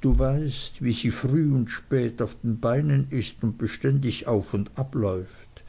du weißt wie sie früh und spät auf den beinen ist und beständig auf und ab läuft